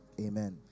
Amen